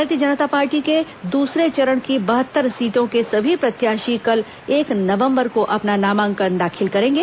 भारतीय जनता पार्टी के दूसरे चरण की बहत्तर सीटों के सभी प्रत्याशी कल एक नवंबर को अपना नामांकन दाखिल करेंगे